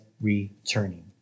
returning